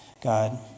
God